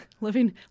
living